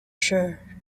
sure